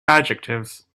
adjectives